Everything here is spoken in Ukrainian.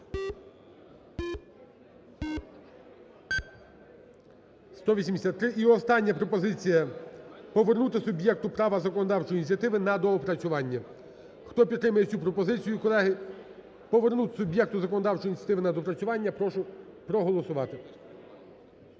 І остання пропозиція: повернути суб'єкту права законодавчої ініціативи на доопрацювання. Хто підтримує цю пропозицію, колеги: повернути суб'єкту законодавчої ініціативи на доопрацювання, - прошу проголосувати.